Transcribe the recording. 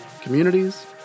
communities